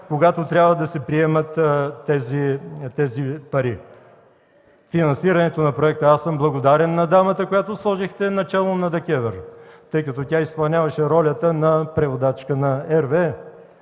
когато трябва да се приемат тези пари. Финансирането на проекта. Аз съм благодарен на дамата, която сложихте начело на ДКЕВР, тъй като тя изпълняваше ролята на преводачка на RWE.